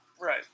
Right